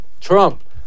Trump